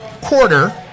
quarter